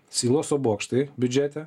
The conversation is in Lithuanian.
siloso bokštai biudžete